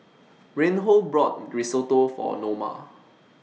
Reinhold bought Risotto For Noma